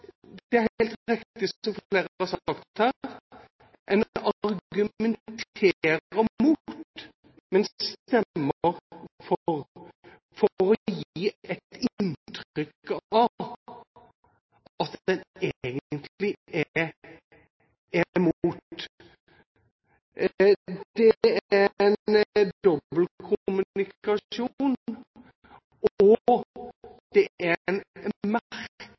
Det er helt riktig, som flere har sagt her: En argumenterer imot, men stemmer for, for å gi inntrykk av at en egentlig er imot. Det er en dobbeltkommunikasjon, og det er en